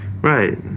Right